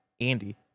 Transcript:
Andy